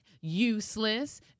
useless